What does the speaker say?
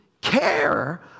care